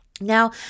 Now